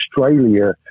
Australia